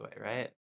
right